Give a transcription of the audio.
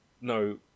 no